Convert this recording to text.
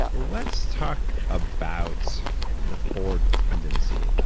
ah let's talk about the four tendencies.